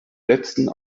letzten